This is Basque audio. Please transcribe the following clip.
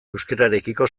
euskararekiko